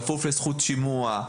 בכפוף לזכות שימוע,